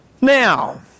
Now